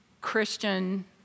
Christian